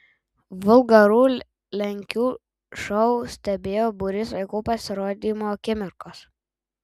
vulgarų lenkių šou stebėjo būrys vaikų pasirodymo akimirkos